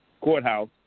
courthouse